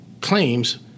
claims